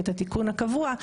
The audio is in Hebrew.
את התיקון הקבוע,